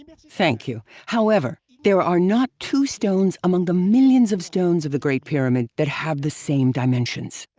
thank you. however, there are not two stones among the millions of stones of the great pyramid that have the same dimensions.